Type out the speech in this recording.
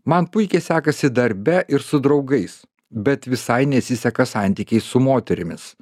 man puikiai sekasi darbe ir su draugais bet visai nesiseka santykiai su moterimis